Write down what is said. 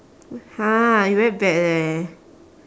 !huh! you very bad leh